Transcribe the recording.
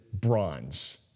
bronze